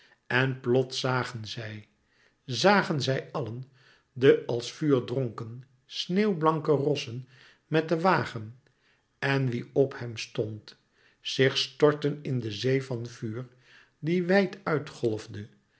en plots zagen zij zagen zij allen de als vuurdronken sneeuwblanke rossen met den wagen en wie op hem stond zich storten in de zee van vuur die wijd uit golfde